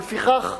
ולפיכך,